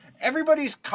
everybody's